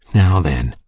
now then,